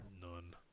None